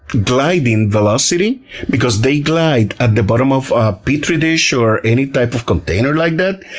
gliding velocity because they glide at the bottom of a petri dish or any type of container like that,